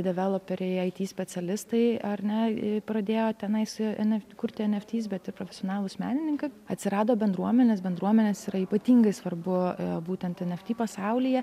developeriai ai ty specialistai ar ne e pradėjo tenai su en ef kurti en ef tys bet ir profesionalūs menininkai atsirado bendruomenės bendruomenės yra ypatingai svarbu būtent en ef ty pasaulyje